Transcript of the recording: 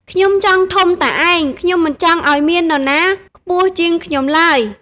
ខ្ញុំចង់ធំតែឯង ខ្ញុំមិនចង់ឲ្យមាននរណាខ្ពស់ជាងខ្ញុំឡើយ!"